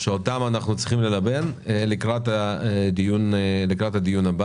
שאותם אנחנו צריכים ללבן לקראת הדיון הבא.